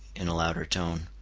in a louder tone.